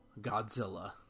Godzilla